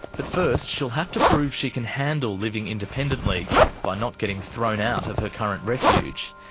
but first she'll have to prove she can handle living independently by not getting thrown out of her current refuge.